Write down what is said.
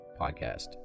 podcast